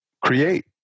create